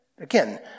Again